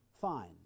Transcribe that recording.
fine